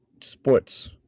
sports